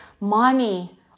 money